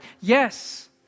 Yes